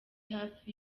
hafi